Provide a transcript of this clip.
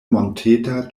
monteta